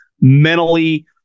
mentally